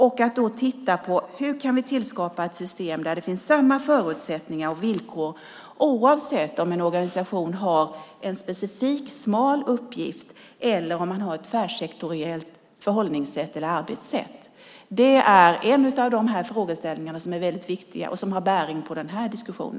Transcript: Man ska titta på hur vi kan skapa ett system där det finns samma förutsättningar och villkor oavsett om en organisation har en specifik smal uppgift eller ett tvärsektoriellt förhållnings eller arbetssätt. Det är en av de frågeställningar som är viktiga och som har bäring på denna diskussion.